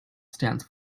stands